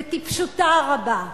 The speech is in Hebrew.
בטיפשותה הרבה,